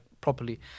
properly